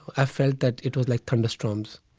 i felt that it was like thunderstorms.